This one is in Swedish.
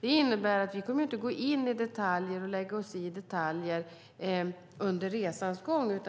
Det innebär att vi inte kommer att lägga oss i detaljer under resans gång.